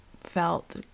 felt